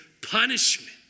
punishment